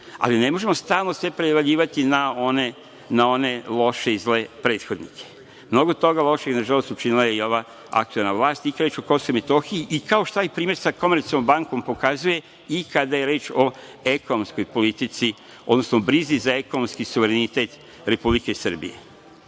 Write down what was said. ali ne možemo stalno sve prevaljivati na one loše i zle prethodnike. Mnogo toga lošeg, nažalost, učinila je i ova aktuelna vlast i kad je reč o Kosovu i Metohiji i, kao što ovaj primer sa Komercijalnom bankom pokazuje, kada je reč o ekonomskoj politici, odnosno brizi za ekonomski suverenitet Republike Srbije.